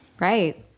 Right